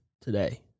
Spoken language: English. today